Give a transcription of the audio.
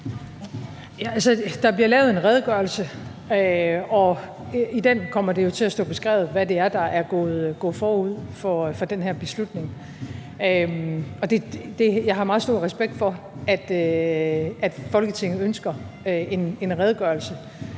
Der bliver lavet en redegørelse, og i den kommer det jo til at stå beskrevet, hvad det er, der er gået forud for den her beslutning. Jeg har meget stor respekt for, at Folketinget – eller i hvert